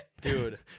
Dude